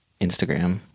Instagram